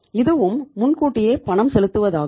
இதுவும் முன்கூட்டியே பணம் செலுத்துவதாகும்